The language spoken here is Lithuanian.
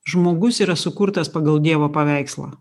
žmogus yra sukurtas pagal dievo paveikslą